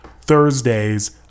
Thursdays